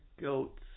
goats